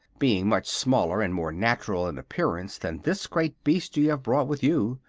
being much smaller and more natural in appearance than this great beast you have brought with you.